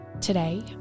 Today